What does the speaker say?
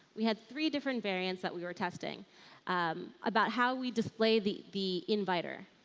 we had three different variants that we were testing about how we display the the inviter.